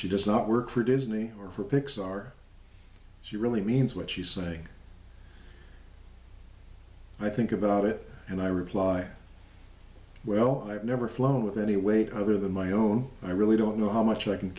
she does not work for disney pixar she really means what she say i think about it and i reply well i've never flown with any weight other than my own i really don't know how much i can